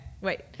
Wait